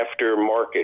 aftermarket